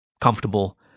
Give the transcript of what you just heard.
Comfortable